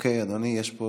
אוקיי, אדוני, יש פה